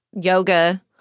yoga